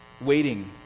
waiting